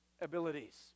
abilities